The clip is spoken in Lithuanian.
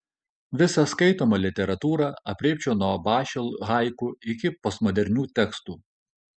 visą skaitomą literatūrą aprėpčiau nuo bašio haiku iki postmodernių tekstų